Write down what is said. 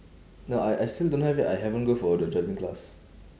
no I I still don't have yet I haven't go for the driving class